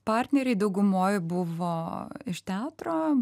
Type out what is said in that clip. partneriai daugumoj buvo iš teatro